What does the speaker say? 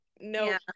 no